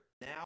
Now